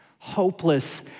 hopeless